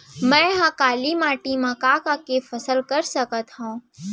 मै ह काली माटी मा का का के फसल कर सकत हव?